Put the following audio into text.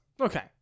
Okay